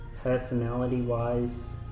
Personality-wise